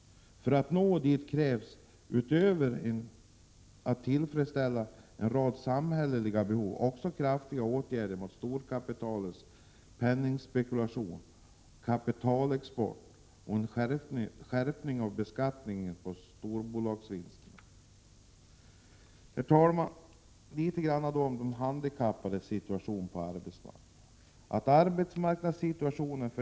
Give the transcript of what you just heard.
För att nå dit krävs utöver att tillfredsställa en rad samhälleliga behov 9” också kraftåtgärder mot storkapitalets penningspekulation och kapitalexport och en skärpt beskattning av storbolagsvinsterna. Herr talman! Så litet grand om de handikappades situation på arbetsmarknaden.